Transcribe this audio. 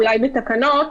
אולי בתקנות.